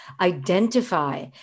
identify